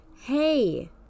hey